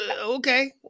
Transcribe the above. Okay